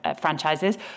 franchises